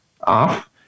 off